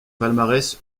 palmarès